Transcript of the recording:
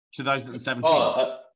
2017